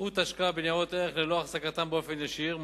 אפשרות השקעה בניירות ערך ללא החזקתם באופן ישיר.